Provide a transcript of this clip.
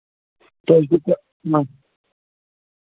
تُہۍ دیُتوٕ نم